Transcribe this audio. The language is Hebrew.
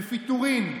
בפיטורים,